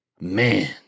man